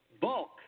bulk